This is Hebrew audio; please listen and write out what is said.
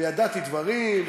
וידעתי דברים,